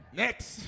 next